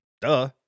Duh